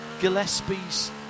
Gillespie's